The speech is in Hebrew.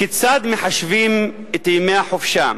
כיצד מחשבים את ימי החופשה?